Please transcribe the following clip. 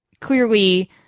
clearly